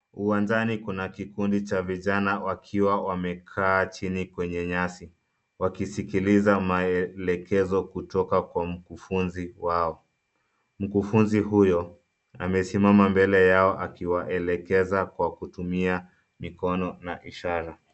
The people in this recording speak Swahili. Uwanjani kuna kikundi cha vijana wakiwa wamekaa chini kwenye nyasi, wakisikiliza maelekezo kutoka kwa mkufuzi wao. Mkufuzi huyo amesimama mbele yao akiwaelekeza kwa kutumia mikono na ishara.